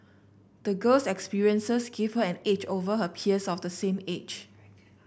the girl's experiences gave her an edge over her peers of the same age